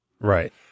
Right